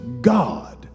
God